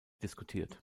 diskutiert